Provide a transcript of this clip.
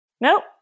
Nope